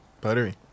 Buttery